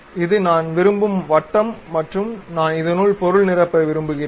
இது நான் விரும்பும் வட்டம் மற்றும் நான் இதனுள் பொருள் நிரப்ப விரும்புகிறேன்